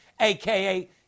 Aka